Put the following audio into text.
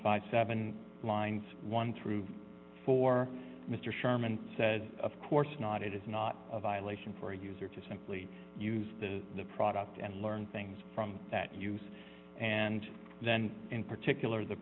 fifty seven lines one through four mr sherman says of course not it is not a violation for a user to simply use the product and learn things from that use and then in particular the